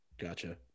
Gotcha